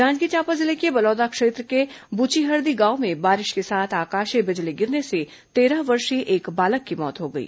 जांजगीर चांपा जिले के बलौदा क्षेत्र के बुचीहरदी गांव में बारिश के साथ आकाशीय बिजली गिरने से तेरह वर्षीय एक बालक की मौत हो गई